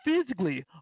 physically